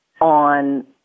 on